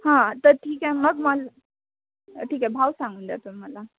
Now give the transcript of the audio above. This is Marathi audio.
हां तर ठीक आहे मग मला ठीक आहे भाव सांगून द्या तू मला